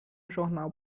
jornal